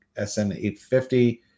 sn850